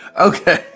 Okay